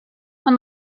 when